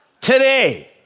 Today